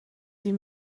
sie